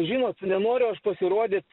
žinot nenoriu aš pasirodyt